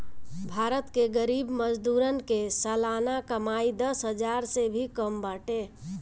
भारत के गरीब मजदूरन के सलाना कमाई दस हजार से भी कम बाटे